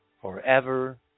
forever